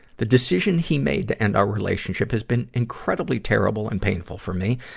the decision he made to end our relationship has been incredibly terrible and painful for me,